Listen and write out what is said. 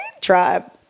Tribe